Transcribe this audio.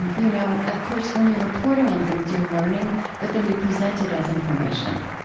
and you know. of course, when you're reporting on things, you're learning, but then you present it as information.